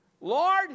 Lord